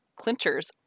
clinchers